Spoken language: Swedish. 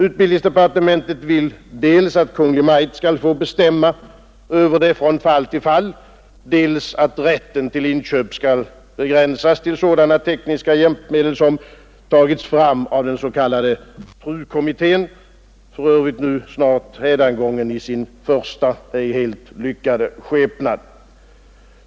Utbildningsdepartementet vill dels att Kungl. Maj:t skall bestämma över detta från fall till fall, dels att rätten till inköp skall begränsas till sådana tekniska hjälpmedel som tagits fram av den s.k. TRU-kommittén; för övrigt nu snart hädangången i sin första inte helt lyckade skepnad.